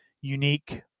unique